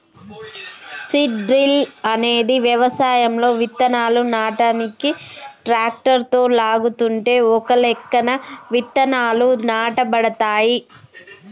seed drill అనేది వ్యవసాయంలో విత్తనాలు నాటనీకి ట్రాక్టరుతో లాగుతుంటే ఒకలెక్కన విత్తనాలు నాటబడతాయి